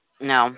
No